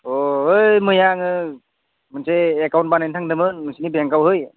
अ ऐ मैया आङो मोनसे एकाउन्ट बानायनो थांदोंमोन नोंसोरनि बेंकाउ ओइ